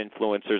influencers